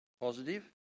positive